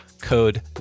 code